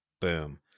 Boom